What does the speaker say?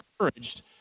encouraged